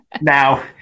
Now